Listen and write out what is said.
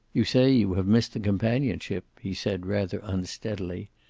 you say you have missed the companionship, he said rather unsteadily.